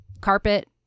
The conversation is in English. carpet